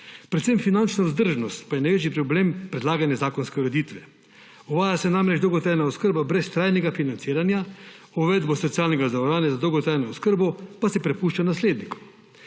Predvsem finančna vzdržnost pa je največji problem predlagane zakonske ureditve. Uvaja se namreč dolgotrajna oskrba brez trajnega financiranja, uvedbo socialnega zavarovanja za dolgotrajno oskrbo pa se prepušča naslednikom.